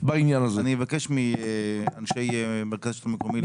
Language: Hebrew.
אני אבקש מאנשי מרכז שלטון מקומי להתייחס.